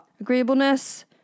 agreeableness